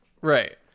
right